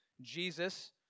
Jesus